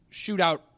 shootout